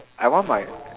I want my